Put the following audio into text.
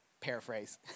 Paraphrase